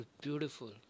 beautiful